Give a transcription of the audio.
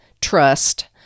trust